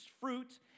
fruit